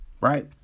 right